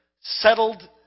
settled